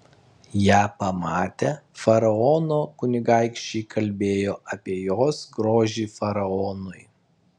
ją pamatę faraono kunigaikščiai kalbėjo apie jos grožį faraonui